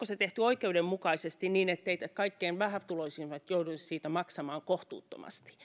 se tehty oikeudenmukaisesti niin etteivät kaikkein vähätuloisimmat joudu siitä maksamaan kohtuuttomasti